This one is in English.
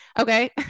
Okay